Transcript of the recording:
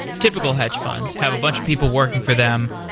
typical hedge fund, have a bunch of people work for them.